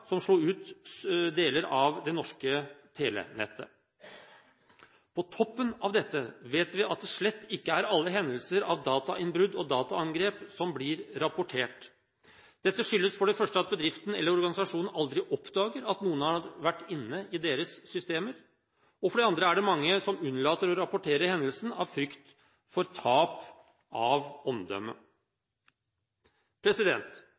som slo ut deler av det norske telenettet. På toppen av dette vet vi at det slett ikke er alle hendelser av datainnbrudd og dataangrep som blir rapportert. Dette skyldes for det første at bedriften eller organisasjonen aldri oppdager at noen har vært inne i deres systemer. For det andre er det mange som unnlater å rapportere hendelsen av frykt for tap av